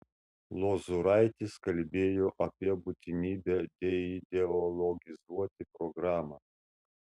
lozuraitis kalbėjo apie būtinybę deideologizuoti programą